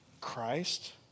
Christ